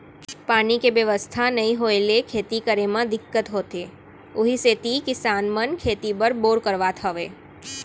पानी के बेवस्था नइ होय ले खेती करे म दिक्कत होथे उही सेती किसान मन खेती बर बोर करवात हे